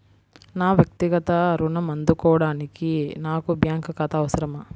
నా వక్తిగత ఋణం అందుకోడానికి నాకు బ్యాంక్ ఖాతా అవసరమా?